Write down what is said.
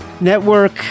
Network